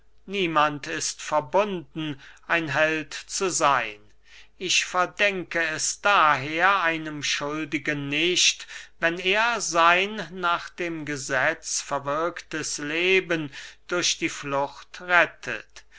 niemand ist verbunden ein held zu seyn ich verdenke es daher einem schuldigen nicht wenn er sein nach dem gesetz verwirktes leben durch die flucht rettet